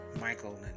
Michael